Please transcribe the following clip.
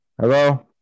Hello